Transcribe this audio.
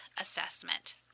assessment